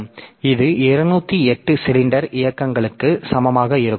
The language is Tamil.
எனவே இது 208 சிலிண்டர் இயக்கங்களுக்கு சமமாக இருக்கும்